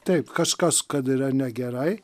taip kažkas kad yra negerai